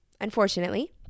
unfortunately